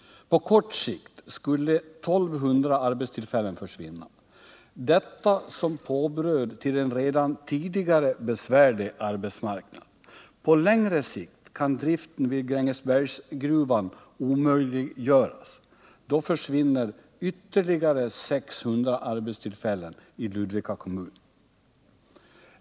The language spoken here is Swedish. På kort sikt skulle 1 200 arbetstillfällen försvinna — detta som påbröd till en redan tidigare besvärlig arbetsmarknad. På längre sikt kan driften vid Grängesbergsgruvan omöjliggöras. Då försvinner ytterligare 600 arbetstillfällen i Ludvika kommun.